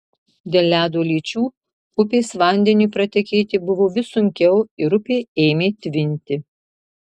dėl ledo lyčių upės vandeniui pratekėti buvo vis sunkiau ir upė ėmė tvinti